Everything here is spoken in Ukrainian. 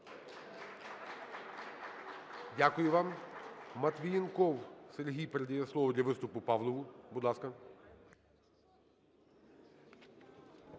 Дякую вам.